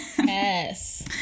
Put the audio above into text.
Yes